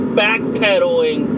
backpedaling